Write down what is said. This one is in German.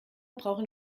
brauchen